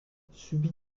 subit